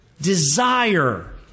desire